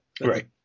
Right